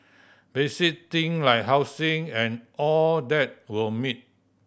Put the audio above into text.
basic thing like housing and all that were meet